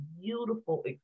beautiful